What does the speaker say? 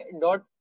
dot